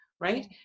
right